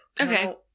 Okay